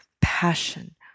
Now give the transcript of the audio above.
passion